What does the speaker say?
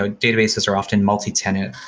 ah databases are often multitenant.